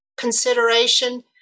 consideration